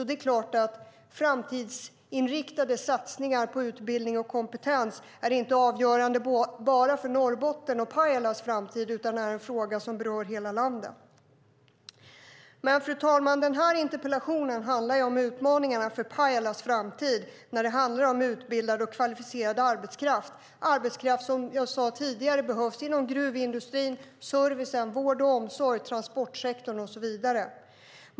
Det är klart att framtidsinriktade satsningar på utbildning och kompetens inte bara är avgörande för framtiden för Norrbotten och Pajala utan är en fråga som berör hela landet. Men, fru talman, den här interpellationen handlar om utmaningarna för Pajalas framtid när det handlar om utbildad och kvalificerad arbetskraft, arbetskraft som behövs inom gruvindustrin, servicen, vården och omsorgen, transportsektorn och så vidare.